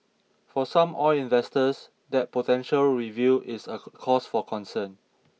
for some oil investors that potential review is a cause for concern